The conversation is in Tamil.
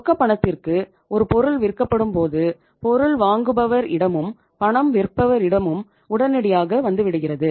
ரொக்கப் பணத்திற்கு ஒரு பொருள் விற்கப்படும் போது பொருள் வாங்குபவர் இடமும் பணம் விற்பவர் இடமும் உடனடியாக வந்துவிடுகிறது